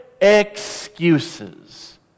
excuses